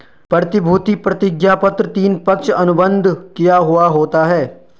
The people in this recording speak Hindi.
प्रतिभूति प्रतिज्ञापत्र तीन, पक्ष अनुबंध किया हुवा होता है